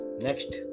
Next